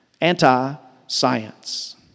Anti-science